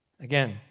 Again